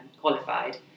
qualified